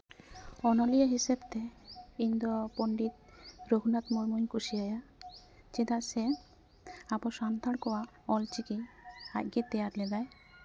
ᱚᱱᱚᱞᱤᱭᱟᱹ ᱦᱤᱥᱟᱹᱵ ᱛᱮ ᱤᱧᱫᱚ ᱯᱚᱸᱰᱤᱛ ᱨᱟᱹᱜᱷᱩᱱᱟᱛᱷ ᱢᱩᱨᱢᱩᱧ ᱠᱩᱥᱤᱭᱟᱭᱟ ᱪᱮᱫᱟᱜ ᱥᱮ ᱟᱵᱚ ᱥᱟᱱᱛᱟᱲ ᱠᱚᱣᱟᱜ ᱚᱞ ᱪᱤᱠᱤ ᱟᱡᱜᱮ ᱛᱮᱭᱟᱨ ᱞᱮᱫᱟᱭ